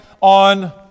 on